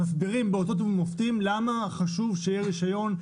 מסבירים באותות ובמופתים למה חשוב שיהיה רישיון,